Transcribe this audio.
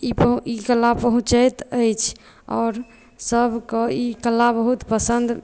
ई कला पहुँचैत अछि आओर सभके ई कला बहुत पसन्द